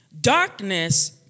darkness